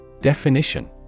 Definition